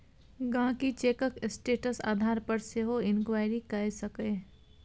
गांहिकी चैकक स्टेटस आधार पर सेहो इंक्वायरी कए सकैए